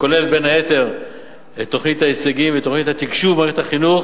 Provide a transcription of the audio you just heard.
הכוללת בין היתר את תוכנית ההישגים ותוכנית התקשוב במערכת החינוך,